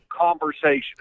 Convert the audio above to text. conversation